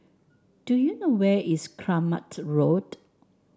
do you know where is Kramat Road